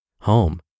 home